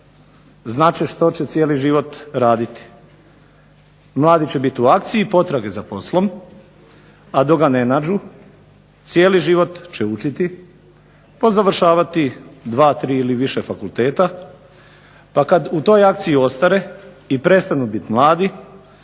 znat će što će cijeli život raditi. Mladi će biti u akciji potrage za poslom, a dok ga ne nađu cijeli život će učiti pa završavati dva, tri ili više fakulteta, pa kad u toj akciji ostare i prestanu biti mladi,